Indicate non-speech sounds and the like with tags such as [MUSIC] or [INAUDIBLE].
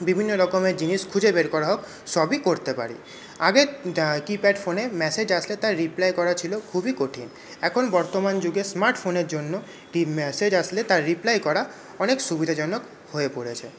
বিভিন্ন রকমের জিনিস খুঁজে বের করা হোক সবই করতে পারি আগে কিপ্যাড ফোনে ম্যাসেজ আসলে তার রিপ্লাই করা ছিলো খুবই কঠিন এখন বর্তমান যুগে স্মার্টফোনের জন্য [UNINTELLIGIBLE] ম্যাসেজ আসলে তার রিপ্লাই করা অনেক সুবিধাজনক হয়ে পড়েছে